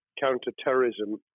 counter-terrorism